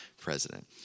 president